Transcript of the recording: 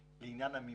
המימון.